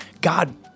God